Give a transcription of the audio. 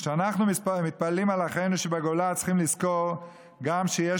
כשאנחנו מתפללים על אחינו שבגולה אנחנו צריכים לזכור גם שיש